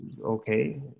okay